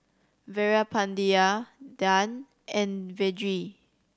Veerapandiya Dhyan and Vedre